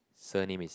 surname is